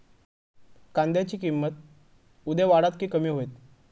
कांद्याची किंमत उद्या वाढात की कमी होईत?